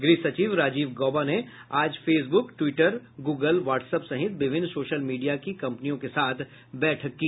गृह सचिव राजीव गौबा ने आज फेसबुक ट्वीटर गूगल वाट्सअप सहित विभिन्न सोशल मीडिया के कंपनियों के साथ बैठक की